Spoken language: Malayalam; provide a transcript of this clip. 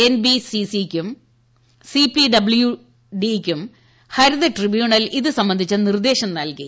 എൻബിസിസിക്കും സിപിഡബ്ല്യൂ ഡിക്കും ഹരിത ട്രിബ്യൂണൽ ഇതു സംബന്ധിച്ച നിർദ്ദേശം നല്കി